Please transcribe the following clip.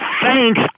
Thanks